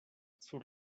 sur